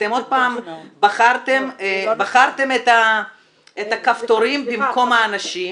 אתם עוד פעם בחרתם את הכפתורים במקום האנשים.